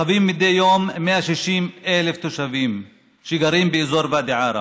חווים מדי יום 160,000 תושבים שגרים באזור ואדי עארה,